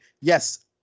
Yes